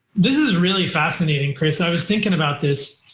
this is really fascinating, chris. i was thinking about this.